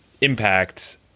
impact